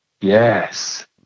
yes